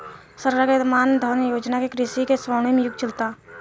सरकार के मान धन योजना से कृषि के स्वर्णिम युग चलता